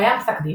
קיים פסק דין